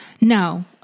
No